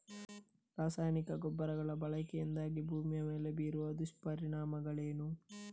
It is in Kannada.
ರಾಸಾಯನಿಕ ಗೊಬ್ಬರಗಳ ಬಳಕೆಯಿಂದಾಗಿ ಭೂಮಿಯ ಮೇಲೆ ಬೀರುವ ದುಷ್ಪರಿಣಾಮಗಳೇನು?